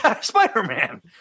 Spider-Man